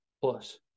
Plus